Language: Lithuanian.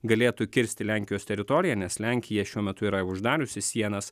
galėtų kirsti lenkijos teritoriją nes lenkija šiuo metu yra uždariusi sienas